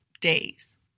days